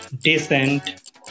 decent